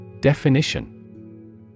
Definition